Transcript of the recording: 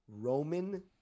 Roman